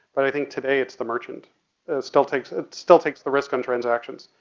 but i think today it's the merchant still takes, ah still takes the risk on transactions,